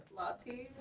lati?